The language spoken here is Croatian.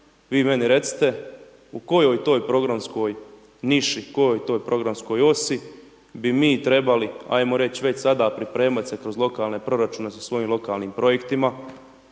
Vi meni recite u kojoj to programskoj niši, u kojoj toj programskoj osi bi mi trebali ajmo reći već sada pripremati se kroz lokalne proračune sa svojim lokalnim projektima.